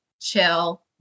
chill